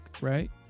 right